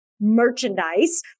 merchandise